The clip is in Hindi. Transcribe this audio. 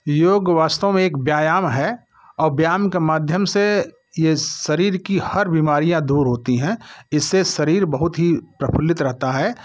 योग वास्तव में एक व्यायाम हैं और व्यायाम के माध्यम से ये शरीर की हर बीमारियाँ दूर होती हैं इससे शरीर बहुत ही प्रफुल्लित रहता है